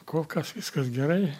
kol kas viskas gerai